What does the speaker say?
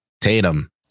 Tatum